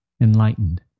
enlightened